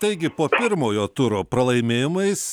taigi po pirmojo turo pralaimėjimais